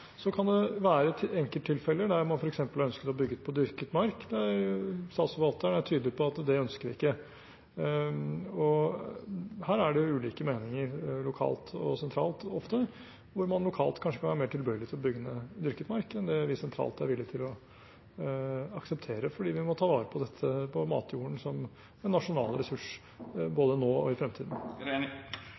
Så kan det være enkelttilfeller der man f.eks. ønsker å bygge på dyrket mark, der Statsforvalteren er tydelig på at det ønsker vi ikke. Her er det ofte ulike meninger lokalt og sentralt, hvor man lokalt kanskje kan være mer tilbøyelig til å bygge ned dyrket mark enn det vi sentralt er villig til å akseptere, fordi vi må ta vare på matjorden som en nasjonal ressurs, både nå og i fremtiden.